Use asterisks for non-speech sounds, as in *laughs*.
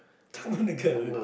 Taman-Negara *laughs*